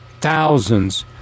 thousands